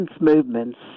movements